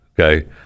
okay